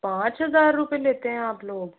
पाँच हज़ार रुपए लेते हैं आप लोग